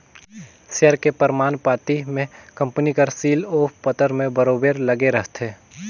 share के परमान पाती में कंपनी कर सील ओ पतर में बरोबेर लगे रहथे